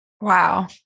Wow